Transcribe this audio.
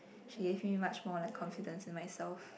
she give me much more like confidence in myself